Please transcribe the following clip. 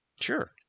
Sure